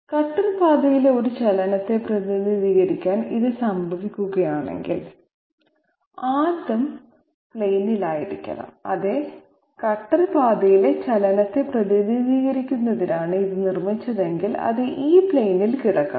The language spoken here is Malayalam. കട്ടർ പാതയിലെ ഒരു ചലനത്തെ പ്രതിനിധീകരിക്കാൻ ഇത് സംഭവിക്കുകയാണെങ്കിൽ അത് ആദ്യം പ്ലെയിനിൽ ആയിരിക്കണം അതെ കട്ടർ പാതയിലെ ചലനത്തെ പ്രതിനിധീകരിക്കുന്നതിനാണ് ഇത് നിർമ്മിച്ചതെങ്കിൽ അത് ഈ പ്ലെയിനിൽ കിടക്കണം